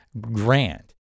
grand